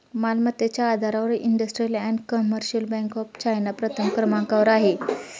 मालमत्तेच्या आधारावर industrial and commercial bank of China प्रथम क्रमांकावर आहे